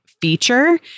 Feature